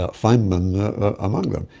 ah feynman among them,